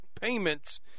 payments